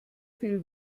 viel